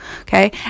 okay